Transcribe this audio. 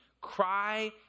cry